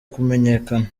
kumenyekana